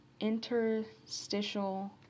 interstitial